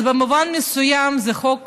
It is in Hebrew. אז במובן מסוים זה חוק